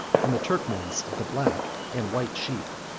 and the turkmans of the black and white sheep.